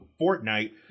Fortnite